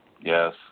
Yes